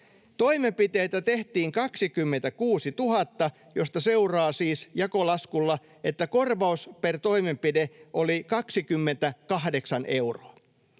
Toimenpiteitä tehtiin 26 000, josta seuraa siis jakolaskulla, että korvaus per toimenpide oli 28 euroa.